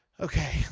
Okay